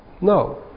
no